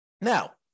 Now